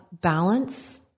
balance